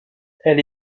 elle